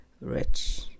rich